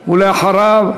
רבותי,